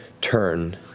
turn